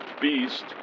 beast